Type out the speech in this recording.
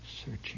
searching